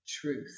truth